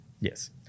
Yes